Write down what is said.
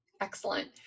Excellent